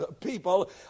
people